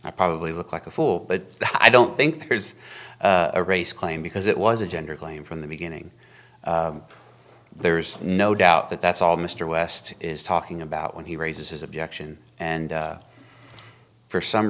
i probably look like a fool but i don't think there's a race claim because it was a gender claim from the beginning there's no doubt that that's all mr west is talking about when he raises his objection and for some